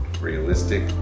Realistic